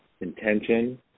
intention